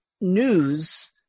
news